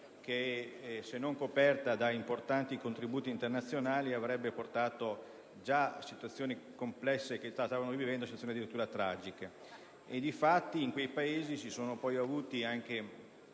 se non coperta da importanti contributi internazionali, avrebbe portato a situazioni complesse, che già stanno vivendo se non addirittura tragiche.